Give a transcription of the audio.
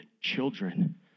children